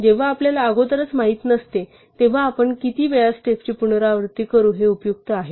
जेव्हा आपल्याला अगोदरच माहित नसते तेव्हा आपण किती वेळा स्टेप्सची पुनरावृत्ती करू हे उपयुक्त आहे